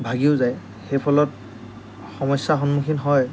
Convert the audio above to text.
ভাগিও যায় সেইফলত সমস্যাৰ সন্মুখীন হয়